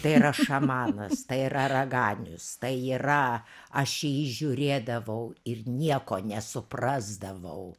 tai yra šamanas tai yra raganius tai yra aš į jį žiūrėdavau ir nieko nesuprasdavau